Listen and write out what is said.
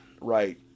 right